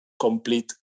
complete